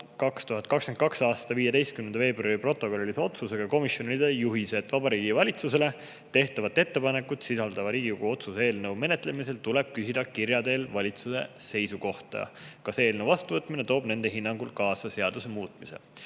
2022. aasta 15. veebruari protokollilise otsusega komisjonile juhise, et Vabariigi Valitsusele tehtavat ettepanekut sisaldava Riigikogu otsuse eelnõu menetlemisel tuleb küsida kirja teel valitsuse seisukohta, kas eelnõu vastuvõtmine toob nende hinnangul kaasa seaduse muutmise